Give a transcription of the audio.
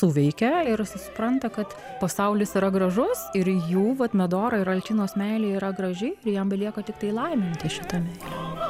suveikia ir susipranta kad pasaulis yra gražus ir jų vat medoro ir alčinos meilė yra graži ir jam belieka tiktai laiminti šitą meilę